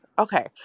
Okay